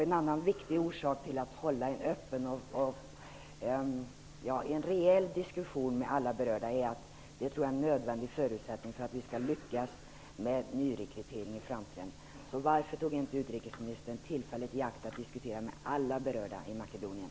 En annan viktig orsak till att vi bör hålla en öppen och rejäl diskussion med alla berörda är att det är en nödvändig förutsättning för att vi skall lyckas med nyrekryteringen i framtiden. Varför tog inte utrikesministern tillfället i akt att diskutera med alla berörda i Makedonien?